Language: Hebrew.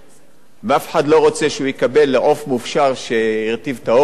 ואף אחד לא רוצה שהוא יקבל עוף מופשר שהרטיב את האורז ואני לא יודע,